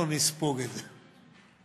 אנחנו נספוג את זה.